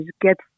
get